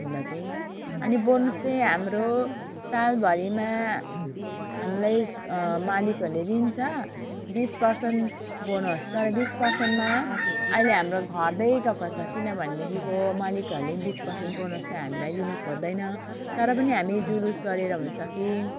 भन्दा चाहिँ अनि बोनस चाहिँ हाम्रो सालभरिमा हामीलाई मालिकहरूले दिन्छ बिस पर्सेन्ट बोनस तर बिस पर्सेन्टमा अहिले हाम्रो घट्दै गएको छ किनभनेदेखिको मालिकहरूले बिस पर्सेन्ट बोनस चाहिँ हामीलाई दिनु खोज्दैन तर पनि हामी जुलुस गरेर हुन्छ कि